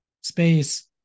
space